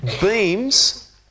beams